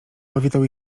powitał